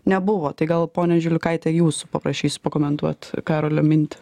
nebuvo tai gal ponia žiliukaite jūsų paprašysiu pakomentuot karolio mintį